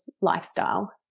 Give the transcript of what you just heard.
lifestyle